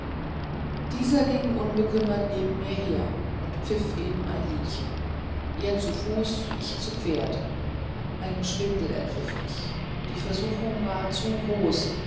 dieser ging unbekümmert neben her und pfiff eben ein liedchen er zu fuß ich zu pferd ein schwindel ergriff mich die versuchung war zu groß